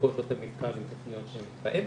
לקופות לא תמיד קל עם תכניות שהן באמצע,